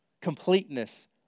completeness